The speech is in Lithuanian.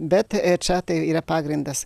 bet čia tai yra pagrindas